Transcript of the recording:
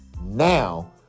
now